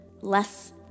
less